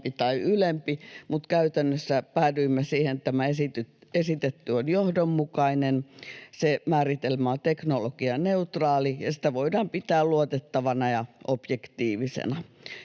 tai ylempi. Mutta käytännössä päädyimme siihen, että tämä esitetty on johdonmukainen, se määritelmä on teknologianeutraali ja sitä voidaan pitää luotettavana ja objektiivisena.